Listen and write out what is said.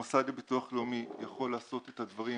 המוסד לביטוח לאומי יכול לעשות את הדברים